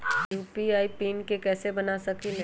UPI के PIN कैसे बना सकीले?